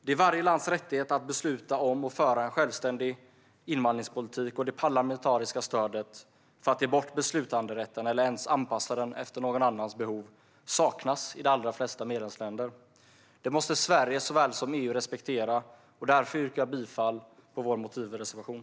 Det är varje lands rättighet att besluta om och föra en självständig invandringspolitik, och det parlamentariska stödet för att ge bort beslutanderätten - eller ens anpassa den efter någon annans behov - saknas i de allra flesta medlemsländer. Det måste såväl Sverige som EU respektera, och därför yrkar jag bifall till vår motivreservation.